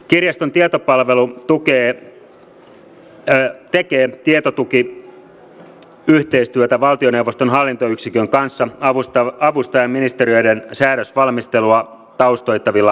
kirjaston tietopalvelu tekee tietotukiyhteistyötä valtioneuvoston hallintoyksikön kanssa avustaen ministeriöiden säädösvalmistelua taustoittavilla tiedonhauilla